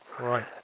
Right